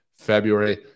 February